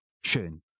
Schön